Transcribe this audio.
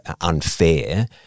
unfair